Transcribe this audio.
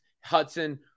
Hudson